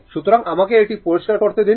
সুতরাং আমাকে এটি পরিষ্কার করতে দিন